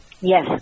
Yes